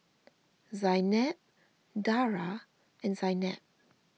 Zaynab Dara and Zaynab